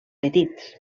petits